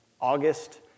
August